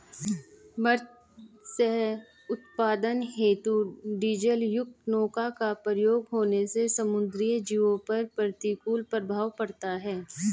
मत्स्य उत्पादन हेतु डीजलयुक्त नौका का प्रयोग होने से समुद्री जीवों पर प्रतिकूल प्रभाव पड़ता है